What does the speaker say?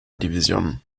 división